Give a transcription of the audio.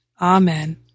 Amen